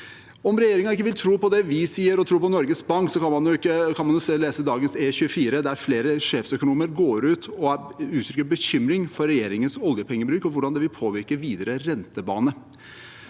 Om regjeringen ikke vil tro på det vi sier, og tro på Norges Bank, kan man jo selv lese dagens E24, der flere sjeføkonomer går ut og uttrykker bekymring for regjeringens oljepengebruk og hvordan den vil påvirke videre rentebane.